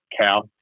cow